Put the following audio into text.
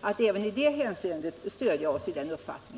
att även i det hänseendet stödja oss i vår uppfattning.